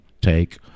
take